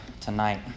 tonight